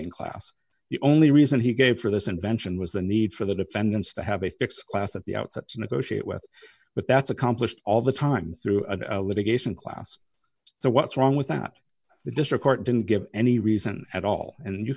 in class the only reason he gave for this invention was the need for the defendants to have a fixed class at the outset to negotiate with but that's accomplished all the time through litigation class so what's wrong with that the district court didn't give any reason at all and you